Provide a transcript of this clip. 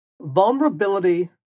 vulnerability